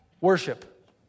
Worship